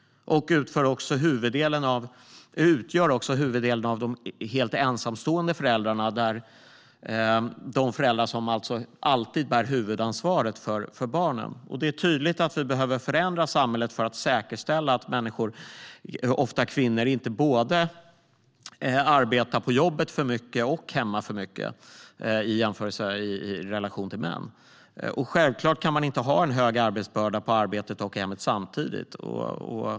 Kvinnor utgör dessutom huvuddelen av helt ensamstående föräldrar, alltså de föräldrar som alltid har huvudansvaret för barnen. Det är tydligt att vi behöver förändra samhället för att säkerställa att kvinnor inte arbetar för mycket både på jobbet och hemma i relation till män. Självklart kan man inte ha en hög arbetsbörda på arbetet och i hemmet samtidigt.